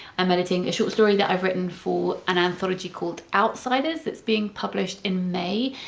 i'm editing a short story that i've written for an anthology called outsiders that's being published in may,